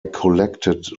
collected